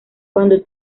cuando